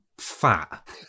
Fat